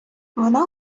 вона